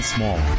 Small